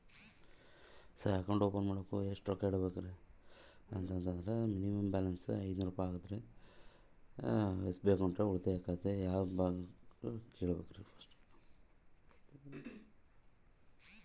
Sir account open ಮಾಡಾಕ ಎಷ್ಟು ರೊಕ್ಕ ಇಡಬೇಕ್ರಿ?